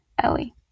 Ellie